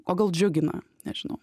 o gal džiugina nežinau